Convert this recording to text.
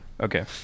Okay